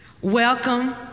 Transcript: welcome